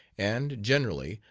and, generally,